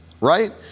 right